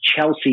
Chelsea